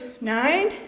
nine